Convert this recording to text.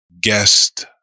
guest